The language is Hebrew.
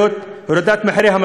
הורדת מחירי הדירות,